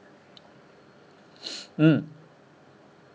mm